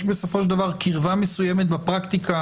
יש בסופו של דבר קרבה מסוימת בפרקטיקה